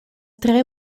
tre